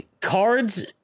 cards